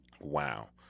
Wow